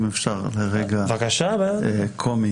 אם אפשר רגע קומי.